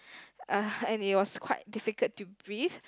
uh and it was quite difficult to breathe